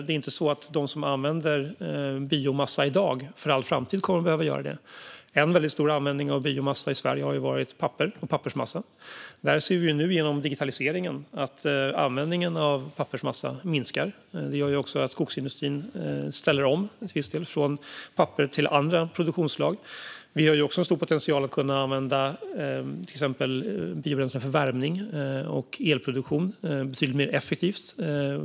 Det är inte så att de som använder biomassa i dag för all framtid kommer att behöva göra det. En väldigt stor användning av biomassa i Sverige har ju handlat om pappersmassa. Där ser vi nu, genom digitaliseringen, att användningen av pappersmassa minskar. Det gör också att skogsindustrin ställer om från papper till andra produktionsslag. Vi har också en stor potential när det gäller att till exempel kunna använda biobränslen för uppvärmning och elproduktion betydligt mer effektivt.